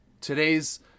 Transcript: Today's